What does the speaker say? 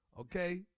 okay